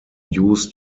used